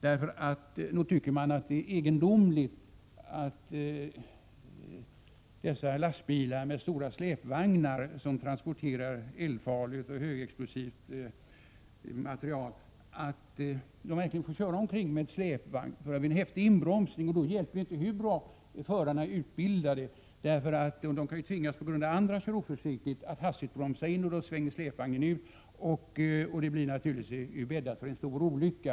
Nog tycker man det är egendomligt att dessa lastbilar med stora släpvagnar som transporterar eldfarligt och högexplosivt gods verkligen får köra omkring. Vid en häftig inbromsning hjälper det inte hur bra förarna är utbildade — de kan ju tvingas att hastigt bromsa in på grund av att andra kör oförsiktigt. Då svänger släpvagnen ut, och det är bäddat för en stor olycka.